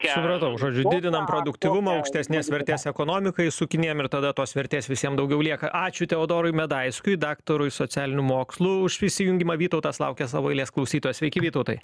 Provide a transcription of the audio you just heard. supratau žodžiu didinam produktyvumą aukštesnės vertės ekonomikai sukinėjam ir tada tos vertės visiem daugiau lieka ačiū teodorui medaiskiui daktarui socialinių mokslų už prisijungimą vytautas laukia savo eilės klausytojai sveiki vytautai